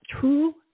true